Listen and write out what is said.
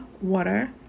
water